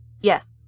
Yes